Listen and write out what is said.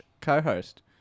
co-host